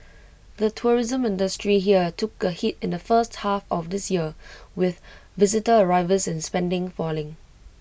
the tourism industry here took A hit in the first half of this year with visitor arrivals and spending falling